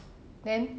then